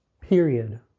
period